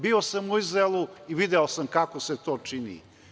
Bio sam u Izraelu i video sam kako se to čini.